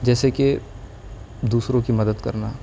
جیسے کہ دوسروں کی مدد کرنا